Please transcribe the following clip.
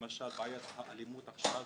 למשל בעיית האלימות הקשה וכו',